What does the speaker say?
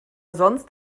sonst